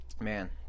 Man